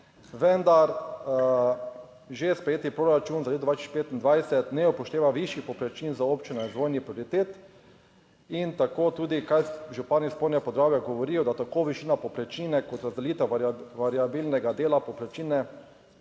Vendar že sprejeti proračun za leto 2025 ne upošteva višjih povprečnin za občine, razvojnih prioritet. In tako tudi kar župani spodnjega Podravja govorijo, da tako višina povprečnine kot razdelitev variabilnega dela